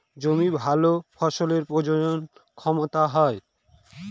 জমির ভালো ফসলের প্রজনন ক্ষমতা হয়